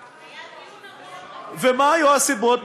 היה דיון, ומה היו הסיבות?